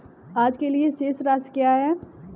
आज के लिए शेष राशि क्या है?